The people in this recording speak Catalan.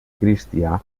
cristià